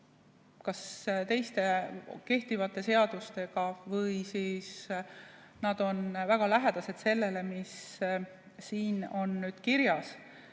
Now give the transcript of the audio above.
kas teiste, kehtivate seadustega või siis need on väga lähedased sellele, mis siin on kirjas.